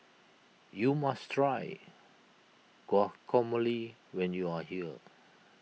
you must try Guacamole when you are here